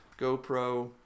GoPro